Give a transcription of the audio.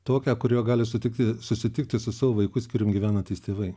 tokią kurioje gali sutikti susitikti su savo vaiku skyrium gyvenantys tėvai